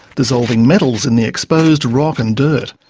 dissolving metals in the exposed rock and dirt.